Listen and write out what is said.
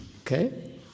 Okay